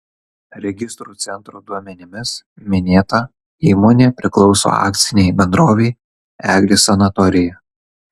registrų centro duomenimis minėta įmonė priklauso akcinei bendrovei eglės sanatorija